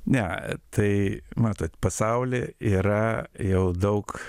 ne tai matot pasauly yra jau daug